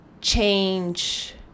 change